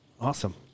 Awesome